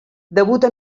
debuta